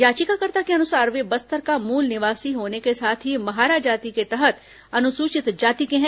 यचिकाकर्ता के अनुसार वे बस्तर का मूल निवासी होने के साथ ही महारा जाति के तहत अनुसूचित जाति के है